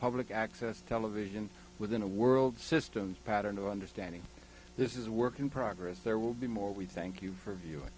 public access television within a world system pattern of understanding this is a work in progress there will be more we thank you for viewing